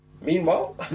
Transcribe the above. Meanwhile